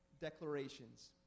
Declarations